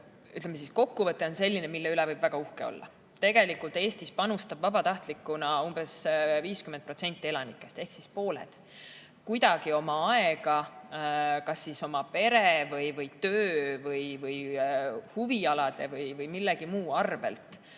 ütleme nii, et kokkuvõte on selline, mille üle võib väga uhke olla. Tegelikult Eestis panustab vabatahtlikuna umbes 50% elanikest ehk pooled kuidagi oma aega kas pere, töö, huvialade või millegi muu arvel.